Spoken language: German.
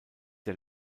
der